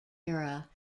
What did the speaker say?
era